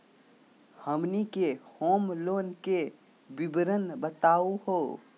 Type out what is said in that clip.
हमनी के home loan के विवरण बताही हो?